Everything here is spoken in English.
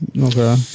Okay